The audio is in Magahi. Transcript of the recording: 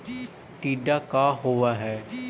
टीडा का होव हैं?